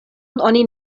oni